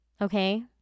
okay